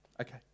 okay